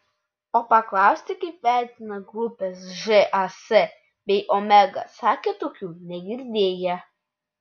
o paklausti kaip vertina grupes žas bei omega sakė tokių negirdėję